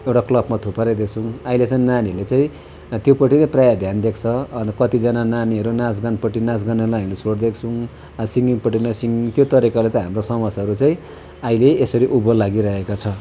एउटा क्लबमा थुपारिदिएका छौँ अहिले चाहिँ नानीहरूले चाहिँ त्योपट्टि चाहिँ प्रायः ध्यान दिएको छ अन्त कतिजना नानीहरू नाचगानपट्टि नाचगानलाई हामीले छोडिदिएको छौँ सिङ्गिङपट्टिलाई सिङ्गिङ त्यो तरिकाले त हाम्रो समाजहरू चाहिँ अहिले यसरी उँभो लागिरहेका छ